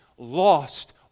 lost